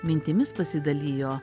mintimis pasidalijo